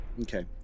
Okay